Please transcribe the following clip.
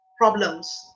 problems